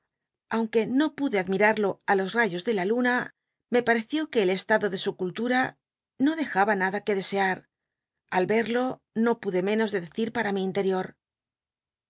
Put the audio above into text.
aunque no pude admirado t los rayos de la luna me pareció qu e el estado de su cultura no dejaba nada que desea al verlo no pude menos de decir para mi inlerio